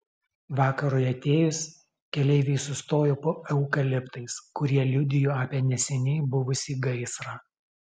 vakarui atėjus keleiviai sustojo po eukaliptais kurie liudijo apie neseniai buvusį gaisrą